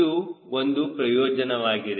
ಇದು ಒಂದು ಪ್ರಯೋಜನವಾಗಿದೆ